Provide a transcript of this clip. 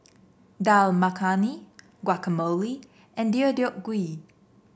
Dal Makhani Guacamole and Deodeok Gui